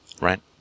right